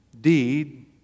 deed